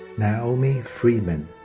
naomi freeman.